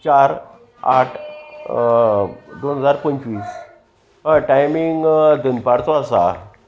चार आट दोन हजार पंचवीस हय टायमींग दनपारचो आसा